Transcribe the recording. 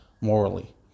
morally